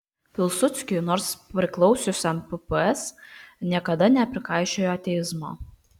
pilsudskiui nors priklausiusiam pps niekada neprikaišiojo ateizmo